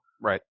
right